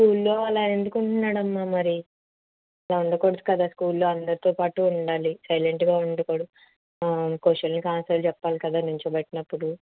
స్కూల్లో అలా ఎందుకు ఉంటున్నాడమ్మ మరి అలా ఉండకూడదు కదా స్కూల్లో అందరితోపాటు ఉండాలి సైలెంట్గా ఉండకూడదు క్వశ్చన్లకి ఆన్సర్ చెప్పాలి కదా నిలుచోబెట్టినపుడు